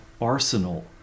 arsenal